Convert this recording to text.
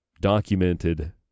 documented